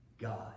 God